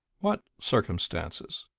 what circumstances?